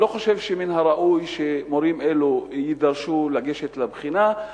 אני לא חושב שמן הראוי שמורים אלו יידרשו לגשת לבחינה.